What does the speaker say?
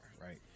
right